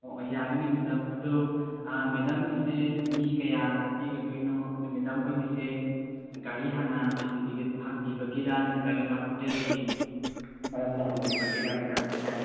ꯑꯣ ꯑꯣ ꯌꯥꯒꯅꯤ ꯃꯦꯗꯥꯝ ꯑꯗꯨ ꯃꯦꯗꯥꯝꯒꯤꯁꯦ ꯃꯤ ꯀꯌꯥ ꯆꯠꯄꯤꯒꯗꯣꯏꯅꯣ ꯑꯗꯣ ꯃꯦꯗꯥꯝ ꯍꯣꯏꯒꯤꯁꯦ ꯒꯥꯔꯤ ꯍꯥꯟꯅ ꯍꯪꯕꯤꯕꯒꯤꯔꯥ ꯅꯠꯇ꯭ꯔꯒꯅ ꯍꯣꯇꯦꯜꯒꯤ ꯃꯔꯝꯗ ꯍꯪꯕꯤꯕꯒꯤꯔꯥ ꯃꯦꯗꯥꯝꯒꯤꯁꯦ